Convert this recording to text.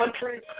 country